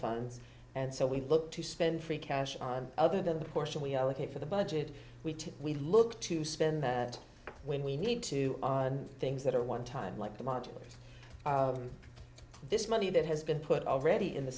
funds and so we look to spend free cash on other than the portion we are looking for the budget we look to spend that when we need to on things that are one time like the modulus this money that has been put already in the